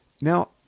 Now